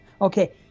Okay